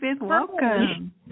welcome